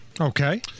Okay